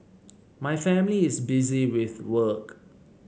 my family is busy with work